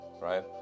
right